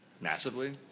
massively